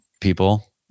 people